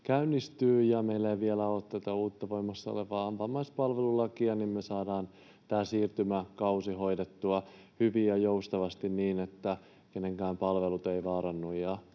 käynnistyvät ja meillä ei vielä ole tätä uutta voimassa olevaa vammaispalvelulakia, niin me saadaan tämä siirtymäkausi hoidettua hyvin ja joustavasti niin, että kenenkään palvelut eivät vaarannu